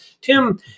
Tim